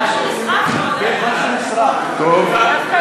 הצעת ועדת הכספים בדבר פיצול הצעת חוק מס ערך מוסף (תיקון מס' 45),